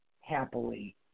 happily